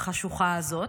החשוכה הזאת.